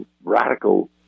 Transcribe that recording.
radical